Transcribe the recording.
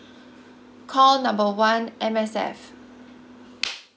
call number one M_S_F